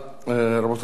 רבותי חברי הכנסת,